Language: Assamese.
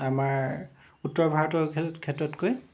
আমাৰ উত্তৰ ভাৰতৰ ক্ষেত্ৰতকৈ